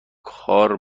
کار